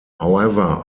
however